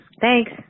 Thanks